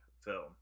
film